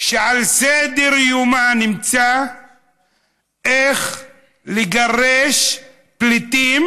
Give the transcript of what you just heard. שעל סדר-יומה נמצא איך לגרש פליטים